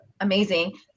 amazing